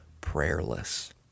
prayerless